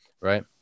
right